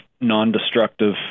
non-destructive